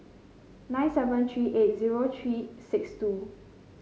nine seven three eight zero three six two